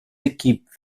équipes